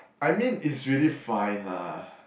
I mean is really fine lah